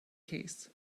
case